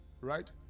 Right